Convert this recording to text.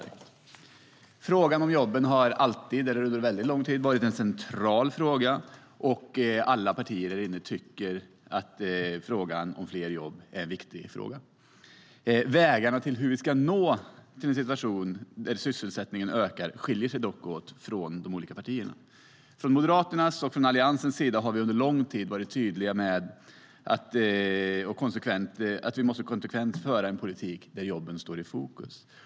Frågan om jobben har alltid, eller under väldigt lång tid, varit en central fråga. Alla partier här inne tycker att frågan om fler jobb är viktig. När det gäller hur vi ska nå en situation där sysselsättningen ökar skiljer sig dock vägarna åt mellan de olika partierna. Från Moderaternas och Alliansens sida har vi under lång tid varit tydliga med att vi konsekvent måste föra en politik där jobben står i fokus.